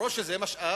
אף שזה משאב